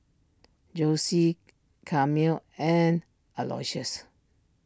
Jossie car meal and Aloysius